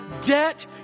debt